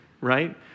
Right